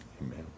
Amen